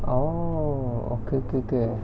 orh okay okay okay